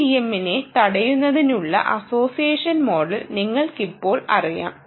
MITMനെ തടയുന്നതിനുള്ള association model നിങ്ങൾക്കിപ്പോൾക്ക് അറിയാം